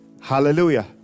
Hallelujah